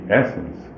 essence